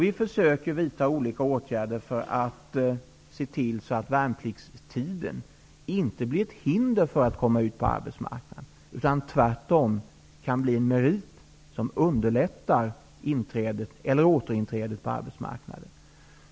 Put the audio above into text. Vi försöker vidta olika åtgärder för att se till att värnpliktstiden inte blir ett hinder för att komma ut på arbetsmarknaden utan tvärtom kan bli en merit som underlättar inträdet eller återinträdet på arbetsmarknaden.